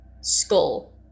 Skull